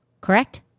Correct